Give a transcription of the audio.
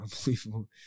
unbelievable